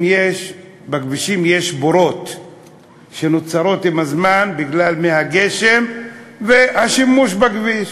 בכבישים יש בורות שנוצרים עם הזמן בגלל מי הגשם והשימוש בכביש.